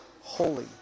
holy